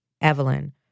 Evelyn